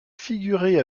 figuré